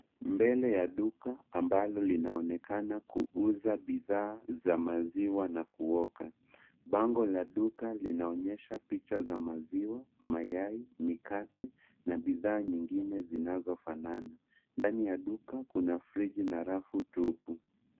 Mbele ya duka ambalo linaonekana kuuza bidhaa za maziwa na kuoka. Bango la duka linaonyesha picha za maziwa, mayai, mikate na bidhaa nyingine zinazofanana. Ndani ya duka kuna friji na rafu tupu.